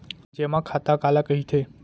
जेमा खाता काला कहिथे?